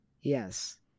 Yes